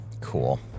Cool